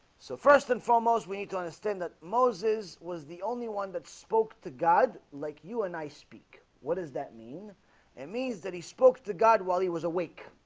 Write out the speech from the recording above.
so first and foremost we need to understand that moses was the only one that spoke to god like you and i speak what does that mean it means that he spoke to god while he was awake?